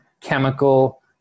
chemical